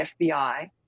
FBI